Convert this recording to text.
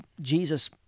Jesus